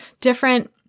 different